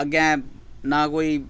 अग्गें ना कोई